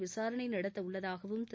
விசாரணை நடத்த உள்ளதாகவும் திரு